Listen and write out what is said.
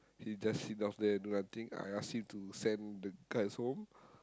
he just sit down there do nothing I ask him to send the guys home